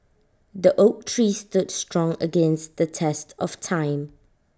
the oak tree stood strong against the test of time